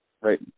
right